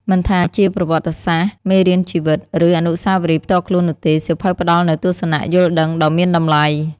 មិនថាជាប្រវត្តិសាស្ត្រ មេរៀនជីវិត ឬអនុស្សាវរីយ៍ផ្ទាល់ខ្លួននោះទេ សៀវភៅផ្ដល់នូវទស្សនៈយល់ដឹងដ៏មានតម្លៃ។